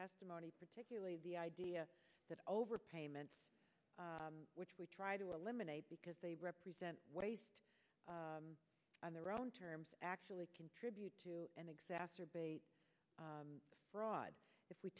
testimony particularly the idea that over payments which we try to eliminate because they represent waste on their own terms actually contribute to and exacerbate fraud if we